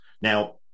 Now